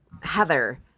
Heather